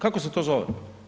Kako se to zove?